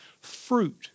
fruit